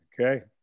Okay